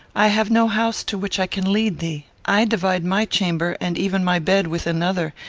i have no house to which i can lead thee. i divide my chamber, and even my bed, with another,